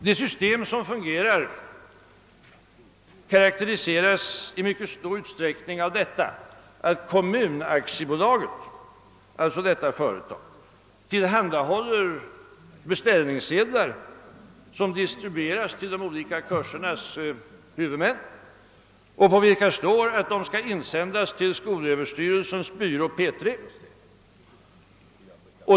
Det system som fungerar karakteriseras i mycket stor utsträckning av att Kommunaktiebolaget tillhandahåller beställningssedlar, vilka distribueras till de olika kursernas huvudmän och på vilka det står att de skall översändas till skolöverstyrelsens byrå P3.